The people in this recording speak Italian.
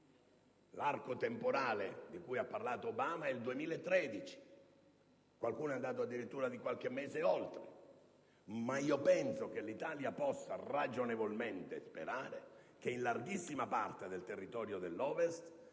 l'arco temporale di cui ha parlato Obama è il 2013, qualcuno è andato addirittura di qualche mese oltre, ma io penso che l'Italia possa ragionevolmente sperare che in larghissima parte del territorio dell'Ovest